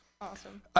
Awesome